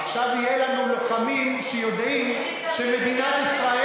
עכשיו יהיו לנו לוחמים שיודעים שמדינת ישראל